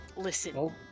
Listen